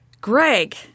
Greg